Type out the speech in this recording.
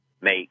make